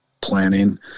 planning